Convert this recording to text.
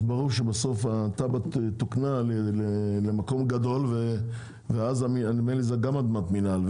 אז ברור שבסוף התב"ע תוקנה למקום גדול ואז נדמה לי שזה גם אדמת מינהל,